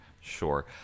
sure